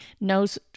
knows